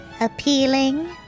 Appealing